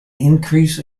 increase